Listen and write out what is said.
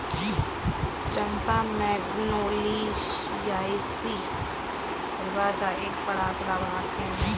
चंपा Magnoliaceae परिवार का एक बड़ा सदाबहार पेड़ है